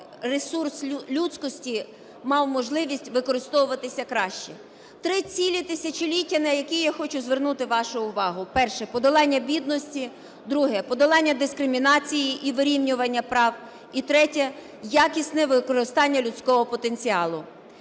ресурс людськості мав можливість використовуватися краще. Три цілі тисячоліття, на які я хочу звернути вашу увагу: перше – подолання бідності, друге – подолання дискримінації і вирівнювання прав і третє – якісне використання людського потенціалу.